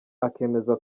akemeza